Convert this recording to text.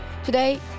Today